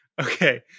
Okay